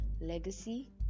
legacy